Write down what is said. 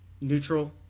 neutral